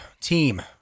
team